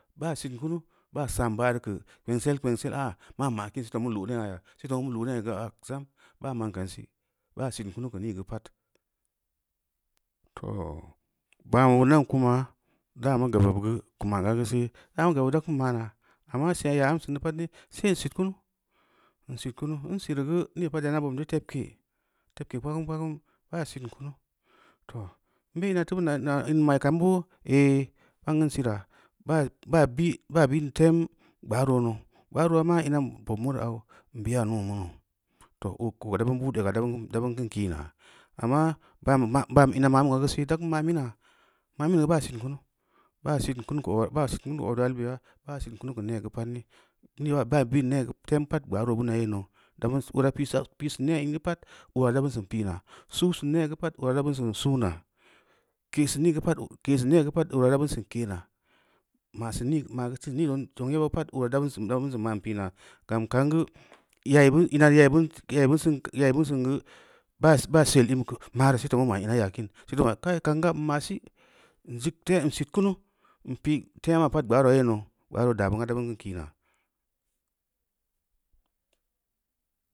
Ba’a sam kunu’u ba’a ba’a ta kə kpysel-kpeŋsel a ma’a se to kini se to’o mu lo’o ne a’ se to a kini sé to’o mu lo’o ne’a ‘ néga ‘a’ a’asa’am ba’a ma’an ka’an sii ba’a san kunu’u ka nii gə pa’at toh ba’a o ndaan kuma daa ma gaa bə gə kum ma’a ga’a ga sé da’a ma ga’a bə da’a kan ma’ana’a amma sen ya’a am san də pa’at dai sé am sitkuma nu’u ən sitkunu’u ən siirii gə nii pa’at an da’ bób tp tepke’ tepke’ gba’a gəm gbəa gon ba’a sitkunu toh a nbe ina’a tə bən inaa ina’a ‘i’ mai ka’am bo’o ‘eii’ am ga an siira’a ba’a ba’a bii ba’a biin tema gbaro’o naʊ gbara’o ma’a inaa bob ma a yoo an biya’a nu’u ma naʊ toh o’ koh da ban bo’ot e’ga’a da’a ban da’a ɓan kən kiina’a amma ba’an bə ma’an bəan inəa ma’a min bə gə sé ta’al ma’a min na’a ma’a min ga na’a sitku’unu’u ku ot woal beya’a ba’a sitku’unun ku ne gə tem pa’at gbaro’o ra ban aye naʊ ka’an ga o’ ra’a pii sa’a pii sa’a ba sə piina’a su’u san su’una’a kii san nii gə pa’at kii san nii gə pa’at o’ ra’a da ba son kii na’a ma’a sən nii gə ma’a son nii gə azuŋ zoŋ yeba’a pa’at o’ ra’a bə səm-da’a basən mana pii naa gam ka’an gə yayii ba ina’a ra yayii ba yayii ba sam gə- yayii ba son gə ba’a ba’a sɛ am la, a’a ra soo se tph mə ma’a ina’a ye a’a kiin siik bə baa’ kai ka’an ga’a an ma’a soo ən ka’am ga’a am, a’a sii ən siik ten ən sitku’unu’u an pii tema’a pa’at gbaro’o ‘a’ ye naʊ gbaro’o da’a bə ga’ada’a ba gan kiina’a.